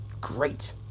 Great